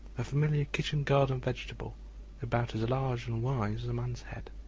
a familiar kitchen-garden vegetable about as large and wise as a man's head.